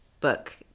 book